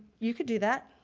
you could do that.